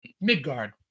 Midgard